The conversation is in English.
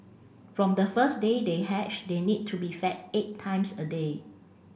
from the first day they hatch they need to be fed eight times a day